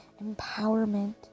empowerment